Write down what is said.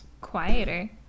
quieter